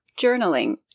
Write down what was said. journaling